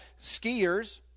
skiers